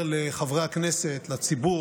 לציבור,